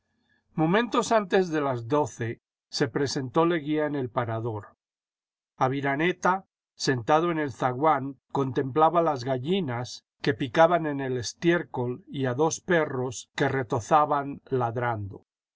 momentos antes de las doce se presentó leguía en el parador aviraneta sentado en el zaguán contemplaba las gallinas que picaban en el estiércol y a dos perros que retozaban ladrando